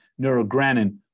neurogranin